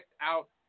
out